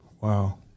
Wow